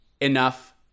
enough